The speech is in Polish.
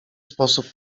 sposób